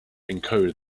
encode